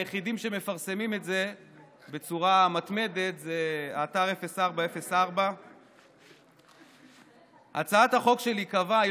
היחידים שמפרסמים את זה בצורה מתמדת זה האתר 0404. הצעת החוק שלי קבעה,